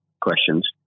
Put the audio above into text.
questions